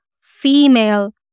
female